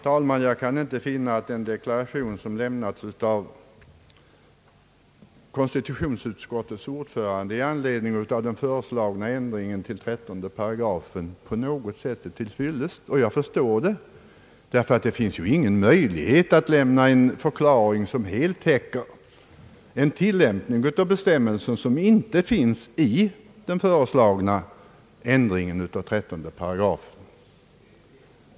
Jag kan inte finna, herr talman, att den deklaration :som konstitutionsutskottets ordförande lämnat i anledning av förslaget till ändring av 13 § är på något sätt till fyllest. Och jag förstår detta — det finns ju ingen möjlighet att lämna en förklaring som helt täcker en tillämpning av bestämmelserna som inte finns i förslaget till ändring av 13 §.